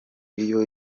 iyo